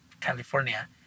California